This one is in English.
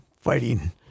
fighting